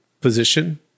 position